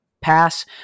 pass